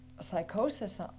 psychosis